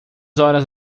horas